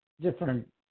different